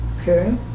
okay